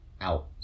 out